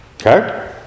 Okay